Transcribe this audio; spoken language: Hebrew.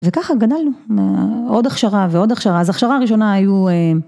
וככה גדלנו, עוד הכשרה ועוד הכשרה, אז הכשרה הראשונה היו.